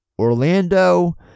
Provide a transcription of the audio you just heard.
Orlando